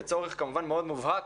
בצורך מאוד מובהק